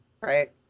Right